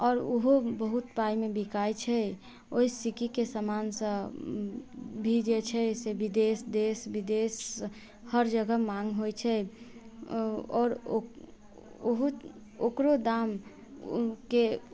आओर ओहो बहुत पाइमे बिकाइत छै ओहि सिक्कीके सामानसँ भी जे छै से विदेश देश विदेश हर जगह माँग होइत छै आओर ओहो ओकरो दाम ओ के